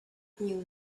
knew